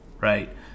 right